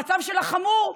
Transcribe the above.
המצב שלה חמור,